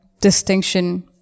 distinction